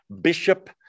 bishop